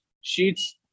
sheets